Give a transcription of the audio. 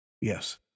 Yes